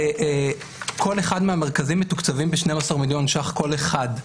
שכל אחד מהמרכזים מתוקצבים ב-12 מיליון שקלים כל אחד.